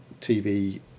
tv